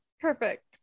Perfect